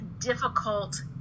Difficult